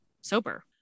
sober